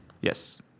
Yes